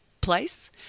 place